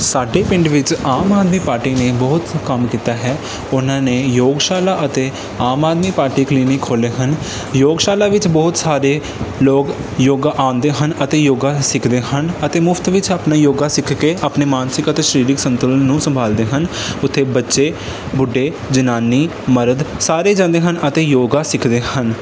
ਸਾਡੇ ਪਿੰਡ ਵਿੱਚ ਆਮ ਆਦਮੀ ਪਾਰਟੀ ਨੇ ਬਹੁਤ ਕੰਮ ਕੀਤਾ ਹੈ ਉਹਨਾਂ ਨੇ ਯੋਗਸ਼ਾਲਾ ਅਤੇ ਆਮ ਆਦਮੀ ਪਾਰਟੀ ਕਲੀਨਿਕ ਖੋਲ੍ਹੇ ਹਨ ਯੋਗਸ਼ਾਲਾ ਵਿੱਚ ਬਹੁਤ ਸਾਰੇ ਲੋਕ ਯੋਗਾ ਆਉਂਦੇ ਹਨ ਅਤੇ ਯੋਗਾ ਸਿੱਖਦੇ ਹਨ ਅਤੇ ਮੁਫਤ ਵਿੱਚ ਆਪਣਾ ਯੋਗਾ ਸਿੱਖ ਕੇ ਆਪਣੇ ਮਾਨਸਿਕ ਅਤੇ ਸਰੀਰਕ ਸੰਤੁਲਨ ਨੂੰ ਸੰਭਾਲਦੇ ਹਨ ਉੱਥੇ ਬੱਚੇ ਬੁੱਢੇ ਜਨਾਨੀ ਮਰਦ ਸਾਰੇ ਜਾਂਦੇ ਹਨ ਅਤੇ ਯੋਗਾ ਸਿੱਖਦੇ ਹਨ